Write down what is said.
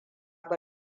ba